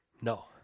No